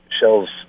shells